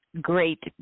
great